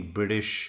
British